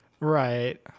Right